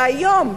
שהיום,